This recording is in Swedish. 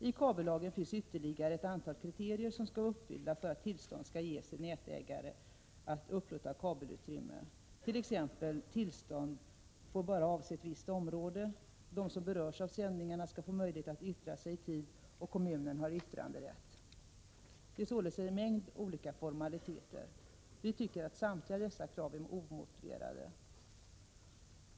I kabellagen finns ytterligare ett antal kriterier som skall vara uppfyllda för att tillstånd skall ges till nätägare att upplåta kabelutrymme, t.ex. att tillstånd bara får avse visst område, att de som berörs av sändningarna skall få möjlighet att yttra sig i tid och att kommunen har yttranderätt. Det är således en mängd formaliteter. Vi tycker att samtliga dessa krav är omotiverade.